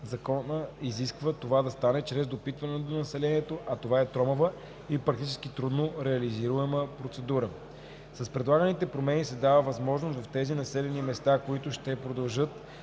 законът изисква това да стане чрез допитване до населението, а това е тромава и практически трудно реализуема процедура. С предлаганите промени се дава възможност в тези населени места, които ще продължат